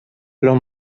los